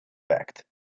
effect